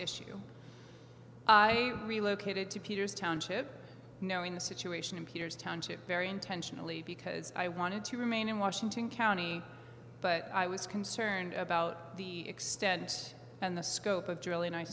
issue i relocated to peter's township knowing the situation in peter's township very intentionally because i wanted to remain in washington county but i was concerned about the extent and the scope of